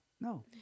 No